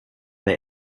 der